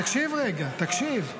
תקשיב רגע, תקשיב.